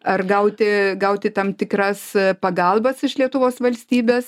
ar gauti gauti tam tikras a pagalbas iš lietuvos valstybės